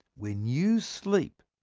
when you sleep,